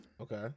Okay